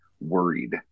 worried